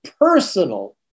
personal